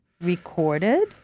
recorded